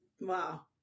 Wow